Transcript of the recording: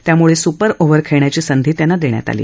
त्यामुळे super over खेळण्याची संधी त्यांना देण्यात आली